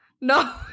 No